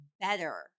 better